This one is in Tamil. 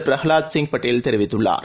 பிரஹலாத் சிங் பட்டேல் தெரிவித்துள்ளார்